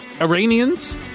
Iranians